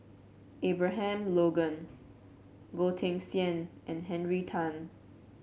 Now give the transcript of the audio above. Abraham Logan Goh Teck Sian and Henry Tan